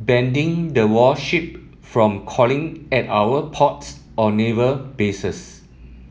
banding the warship from calling at our ports or naval bases